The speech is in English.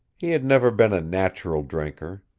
he had never been a natural drinker.